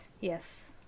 Yes